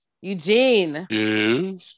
Eugene